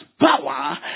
power